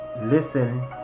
listen